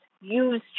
use